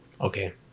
okay